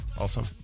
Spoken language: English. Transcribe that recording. Awesome